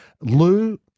Lou